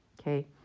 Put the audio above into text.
okay